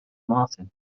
martin